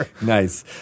Nice